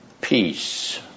peace